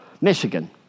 Michigan